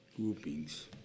groupings